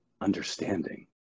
understanding